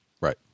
Right